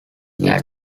which